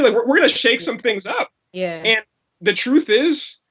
like we're we're gonna shake some things up. yeah and the truth is